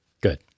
Good